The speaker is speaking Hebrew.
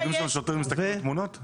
עומדים שם שוטרים ומסתכלים על תמונות?